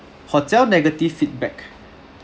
hotel negative feedback